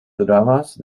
dramas